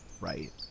right